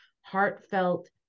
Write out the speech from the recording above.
heartfelt